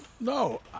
No